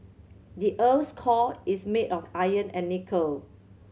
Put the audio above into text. the earth's core is made of iron and nickel